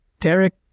Derek